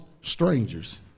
strangers